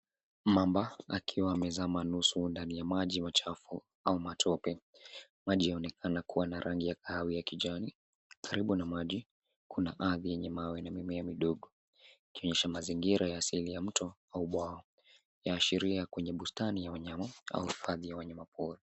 Mamba akiwa amezama nusu ndani ya maji au chafu au matope. Maji yanaonekana kuwa na rangi ya kahawia kijani. Karibu na maji kuna ardhi yenye mawe na mimea midogo ikionyesha mazingira ya sehemu ya mto au bwawa ikiashiria ni kwenye bustani ya wanyama au hifadhi ya wanyamapori.